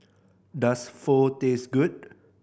does Pho taste good